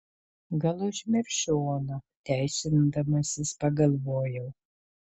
gal užmiršiu oną teisindamasis pagalvojau